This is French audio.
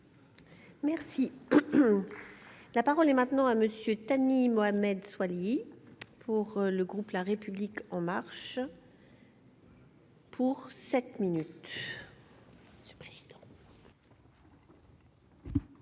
Merci, la parole est maintenant à monsieur Thani Mohamed Soilihi pour le groupe La République en marche. Pour 7 minutes.